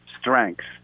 strengths